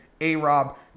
A-Rob